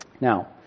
Now